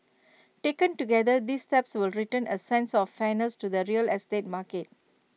taken together these steps will return A sense of fairness to the real estate market